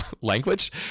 language